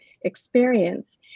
experience